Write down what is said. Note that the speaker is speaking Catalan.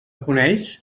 coneix